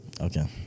Okay